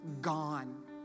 gone